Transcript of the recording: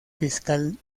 fiscal